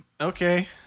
Okay